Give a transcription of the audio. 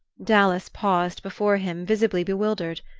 dallas paused before him, visibly bewildered.